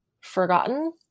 forgotten